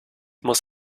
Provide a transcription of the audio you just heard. muss